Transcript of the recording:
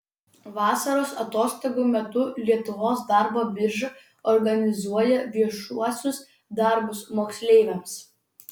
vasaros atostogų metu lietuvos darbo birža organizuoja viešuosius darbus moksleiviams